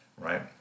right